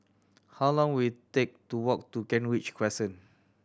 how long will it take to walk to Kent Ridge Crescent